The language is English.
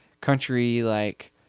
country-like